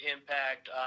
impact